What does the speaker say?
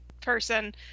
person